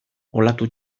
olatu